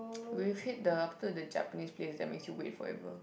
we've hit the after the Japanese place that makes you wait forever